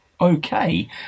okay